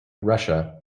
russia